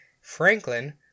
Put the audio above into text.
Franklin